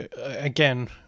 again